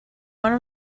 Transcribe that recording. one